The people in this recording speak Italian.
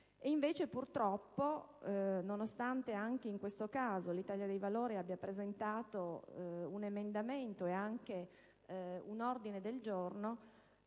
Invece, purtroppo, nonostante anche in questo caso l'Italia dei Valori abbia presentato un emendamento e un ordine del giorno,